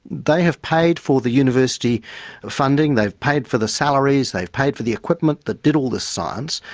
they have paid for the university funding, they've paid for the salaries, they've paid for the equipment that did all this science,